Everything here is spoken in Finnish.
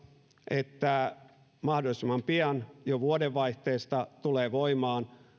että mahdollisimman pian jo vuodenvaihteesta tulee voimaan